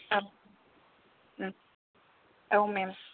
औ मेम